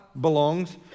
belongs